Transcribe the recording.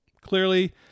Clearly